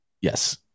Yes